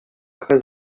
très